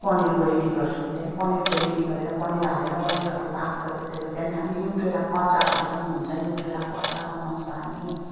पनिरको रेडी गर्छु त्यहाँदेखि पनिरको रेडी गरेर पनिर हालेर पनिरहरू पाक्छ त्यसरी गर्छु हामी न्युट्रेलाहरूको अचार पनि हुन्छ न्युट्रेलाको अचार बनाउँछ हामी